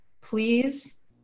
please